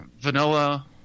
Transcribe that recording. vanilla